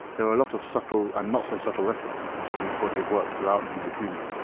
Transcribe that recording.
there are a lot of subtle and not so subtle references to ghibli's body of work throughout ni no kuni.